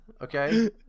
Okay